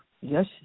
Yes